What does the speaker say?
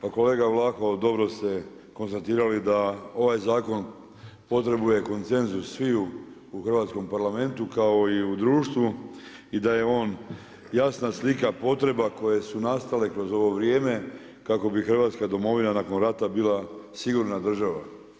Pa kolega Vlaho, dobro ste konstatirali da ovaj zakon potrebuje konsenzus sviju u hrvatskom Parlamentu kao i u društvu i da je on jasna slika potreba koje su nastale kroz ovo vrijem kako bi hrvatska domovina nakon rata bila sigurna država.